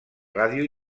ràdio